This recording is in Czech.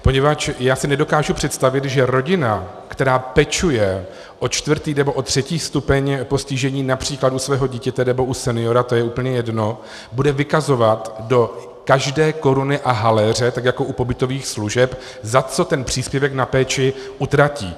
Poněvadž já si nedokážu představit, že rodina, která pečuje o čtvrtý nebo o třetí stupeň postižení např. u svého dítěte nebo u seniora, to je úplně jedno, bude vykazovat do každé koruny a haléře tak jako u pobytových služeb, za co ten příspěvek na péči utratí.